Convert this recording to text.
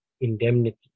indemnity